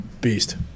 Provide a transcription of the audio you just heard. Beast